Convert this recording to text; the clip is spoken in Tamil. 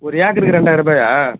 ஒரு ஏக்கருக்கு ரெண்டாயிரம் ரூபாயா